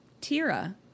Tira